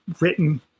written